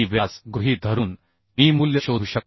व्यास गृहीत धरून मी मूल्य शोधू शकतो